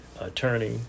attorney